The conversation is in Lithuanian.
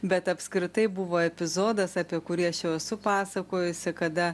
bet apskritai buvo epizodas apie kurį aš jau esu pasakojusi kada